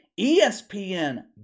ESPN